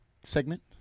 segment